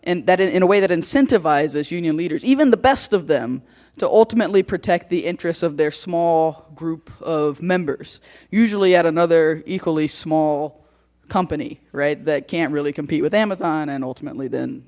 and that in a way that incentivizes union leaders even the best of them to ultimately protect the interests of their small group of members usually at another equally small company right that can't really compete with amazon and ultimately then